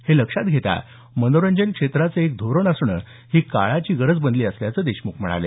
हे लक्षात घेता मनोरंजन क्षेत्राचे एक धोरण असणं ही काळाची गरज बनली असल्याचं देशमुख म्हणाले